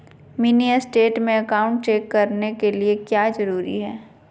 Mini state में account check करने के लिए क्या क्या जरूरी है?